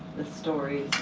the stories